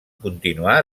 continuar